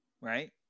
Right